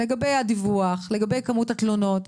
לגבי הדיווח, לגבי כמות התלונות.